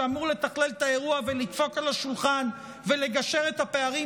שאמור לתכלל את האירוע ולדפוק על השולחן ולגשר על הפערים,